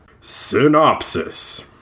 Synopsis